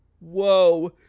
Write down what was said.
Whoa